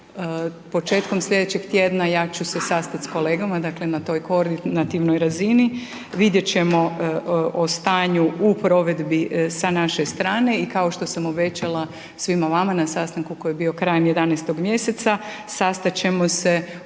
početkom slijedećeg tjedna ja ću se sastat s kolegama dakle na toj koordinativnoj razini, vidjet ćemo o stanju u provedbi sa naše strane i kao što sam obećala svima vama na sastanku koji je bio krajem 11. mjeseca, sastat ćemo se opet